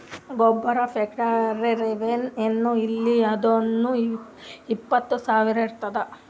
ಗೊಬ್ಬರ factory revenue ಏನ್ ಇಲ್ಲ ಅಂದುರ್ನೂ ಇಪ್ಪತ್ತ್ ಸಾವಿರ ಇರ್ತುದ್